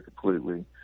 completely